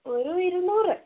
ഒരു ഇരുന്നൂറ്